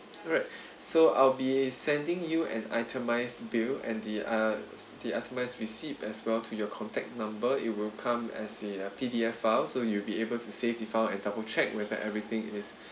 alright so I'll be sending you an itemised bill and the err the itemised receipt as well to your contact number it will come as the a P_D_F file so you'll be able to safely file and double check whether everything is